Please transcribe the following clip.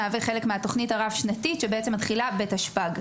מהווה חלק מהתוכנית הרב-שנתית שמתחילה בתשפ"ג.